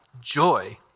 joy